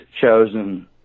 chosen